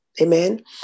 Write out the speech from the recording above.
Amen